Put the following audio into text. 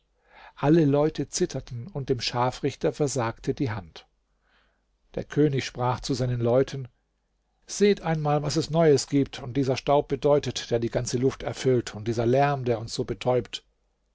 alle leute zitterten und dem scharfrichter versagte die hand der könig sprach zu seinen leuten seht einmal was es neues gibt und dieser staub bedeutet der die ganze luft erfüllt und dieser lärm der uns so betäubt